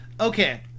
Okay